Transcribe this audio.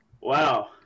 Wow